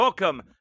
Welcome